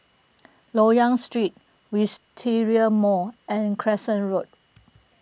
Loyang Street Wisteria Mall and Crescent Road